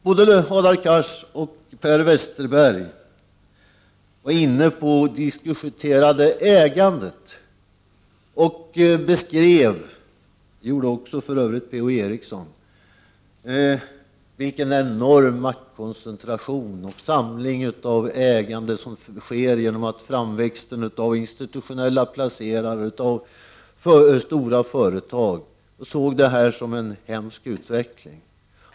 Både Hadar Cars och Per Westerberg, och för övrigt också Per-Ola Eriksson, diskuterade ägandet och beskrev den enorma maktkoncentration och samling av ägande som sker genom framväxten av institutionella placerare och stora företag, och de såg det som en hemsk utveckling.